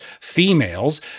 Females